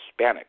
Hispanics